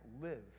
live